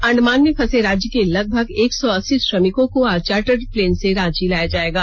अंडमान में फंसे राज्य के लगभग एक सौ अस्सी श्रमिकों को आज चार्टर प्लेन से रांची लाया जायेगा